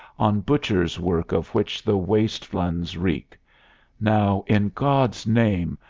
on butcher's work of which the waste lands reek now, in god's name,